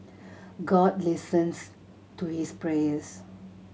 God listens to his prayers